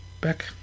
back